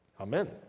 Amen